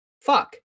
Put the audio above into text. fuck